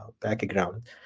background